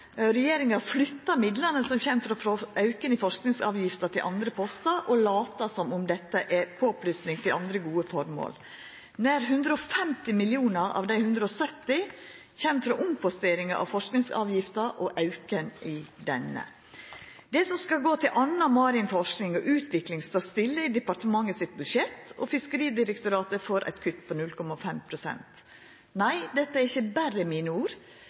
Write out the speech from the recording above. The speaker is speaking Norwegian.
regjeringa flyttar midlane som kjem frå auken i forskingsavgifta til andre postar, og latar som om dette er påplussing til andre gode formål. Nær 150 mill. kr av dei 170 kjem frå omposteringar av forskingsavgifta og auken i denne. Det som skal gå til anna marin forsking og utvikling, står stille i departementet sitt budsjett, og Fiskeridirektoratet får eit kutt på 0,5 pst. Nei, dette er ikkje berre mine ord,